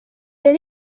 yari